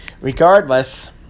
Regardless